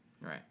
Right